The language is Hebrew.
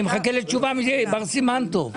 מחכה לתשובה מבר סימן טוב.